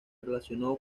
relacionó